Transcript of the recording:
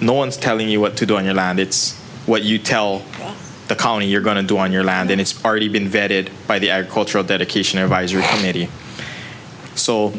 no one is telling you what to do on your land it's what you tell the colony you're going to do on your land and it's already been vetted by the agricultural dedication advisory committee s